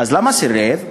למה סירב?